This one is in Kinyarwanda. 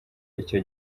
icyo